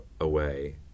away